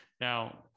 now